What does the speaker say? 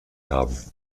haben